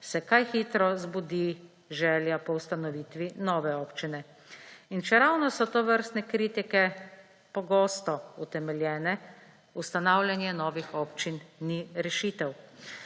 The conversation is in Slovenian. se kaj hitro zbudi želja po ustanovitvi nove občine. In čeravno so tovrstne kritike pogosto utemeljene, ustanavljanje novih občin ni rešitev.